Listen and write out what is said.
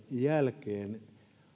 jälkeen